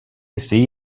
see